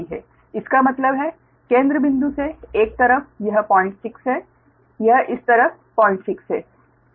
इसका मतलब है केंद्र बिंदु से एक तरफ यह 06 है यह इस तरफ 06 है